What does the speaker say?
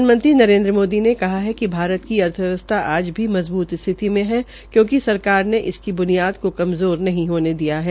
प्रधानमंत्री नरेन्द्र मोदी ने कहा है कि भारत की अर्थव्यवस्था आज भी मजबूत स्थिति मे है कयोंकि सरकार ने इसकी ब्नियाद का कमज़ोर नहीं होने दिया है